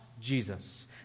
Jesus